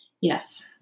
Yes